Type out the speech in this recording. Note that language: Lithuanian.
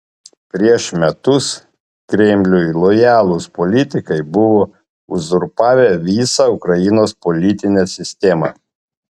prieš metus kremliui lojalūs politikai buvo uzurpavę visą ukrainos politinę sistemą